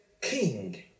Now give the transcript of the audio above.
king